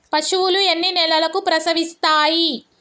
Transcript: పశువులు ఎన్ని నెలలకు ప్రసవిస్తాయి?